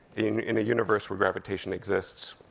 in a universe, where gravitation exists.